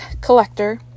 collector